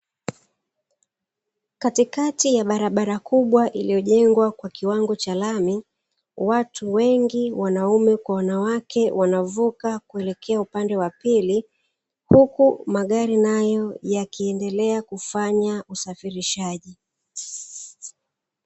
Katikati ya barabara kubwa iliyojengwa kwa kiwango cha lami, watu wengi (wanaume kwa wanawake) wanavuka kuelekea upande wa pili, huku magari nayo yakiendelea kufanya usafirishaji.